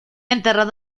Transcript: enterrado